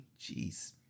jeez